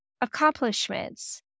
accomplishments